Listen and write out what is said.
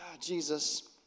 Jesus